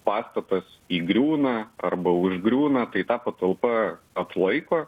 pastatas įgriūna arba užgriūna tai ta patalpa atlaiko